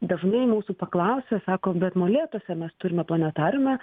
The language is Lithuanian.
dažnai mūsų paklausia sako bet molėtuose mes turime planetariumą